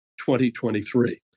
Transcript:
2023